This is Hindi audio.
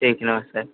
ठीक नमस्कार